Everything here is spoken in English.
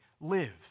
live